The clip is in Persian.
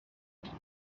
مانند